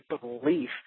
belief